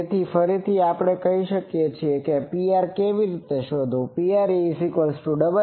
તેથી ફરીથી આપણે કહી શકીએ કે Pr કેવી રીતે શોધવું